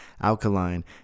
alkaline